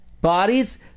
bodies